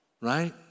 right